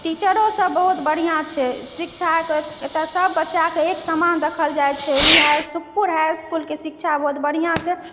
टीचरो सब बहुत बढ़िआँ छै शिक्षाके एतय सब एक समान देखल जाइत छै ई हाई सुखपुर हाई इसकुलक शिक्षा बहुत बढ़िआँ छै